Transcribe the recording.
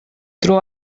tro